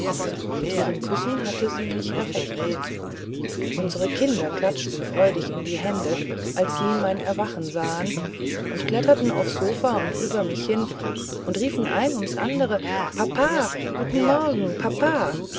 mit ihren küssen hatte sie mich erweckt unsere kinder klatschten freudig in die hände als sie mein erwachen sahen und kletterten aufs sofa und über mich hin und riefen eines ums andere papa guten morgen papa